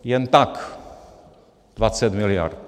Jen tak 20 mld.